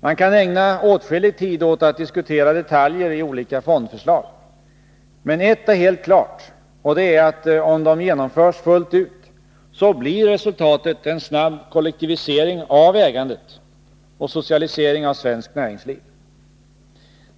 Man kan ägna åtskillig tid åt att diskutera detaljer i olika fondförslag. Men ett är helt klart, och det är att om de genomförs fullt ut så blir resultatet en snabb kollektivisering av ägandet och socialisering av svenskt näringsliv.